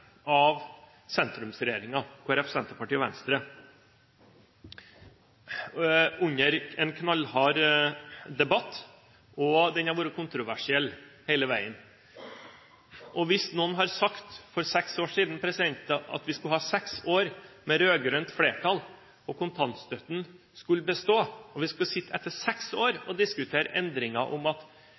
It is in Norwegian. av sentrumsregjeringen – Kristelig Folkeparti, Senterpartiet og Venstre – under en knallhard debatt, og den har vært kontroversiell hele veien. Hvis noen hadde sagt for seks år siden at kontantstøtten skulle bestå etter seks år med rød-grønt flertall, og at vi skulle sitte, etter seks år, og diskutere endringer som at